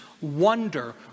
wonder